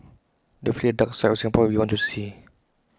definitely A dark side of Singapore we want to see